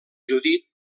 judit